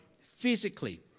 physically